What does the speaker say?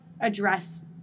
address